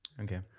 Okay